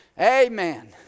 amen